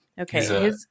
Okay